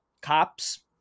Cops